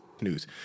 news